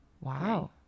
wow